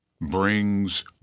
brings